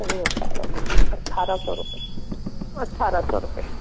इतना नहीं हो पाएगा बहन जी अट्ठारह सौ रुपये अट्ठारह सौ रुपये